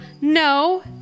No